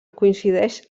coincideix